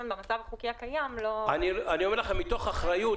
במצב החוקי הקיים - מתוך אחריות.